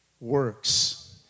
works